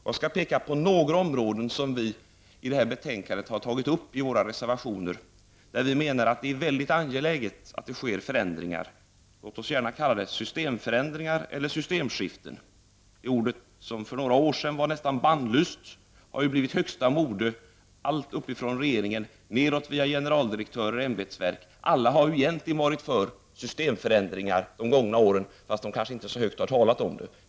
Jag vill peka på några områden, som vi tagit upp i våra reservationer till betänkandet och där vi menar att det är mycket angeläget att det sker förändringar. Låt oss gärna kalla det systemförändringar eller systemskiften. Det är ord som för några år sedan var nästan bannlysta men nu nästan blivit högsta mode alltifrån regeringen via generaldirektörer och ämbetsverk. Alla har egentligen varit för systemförändringar under de gångna åren, fastän man kanske inte har talat så högt om det.